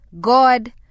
God